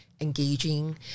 engaging